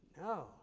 No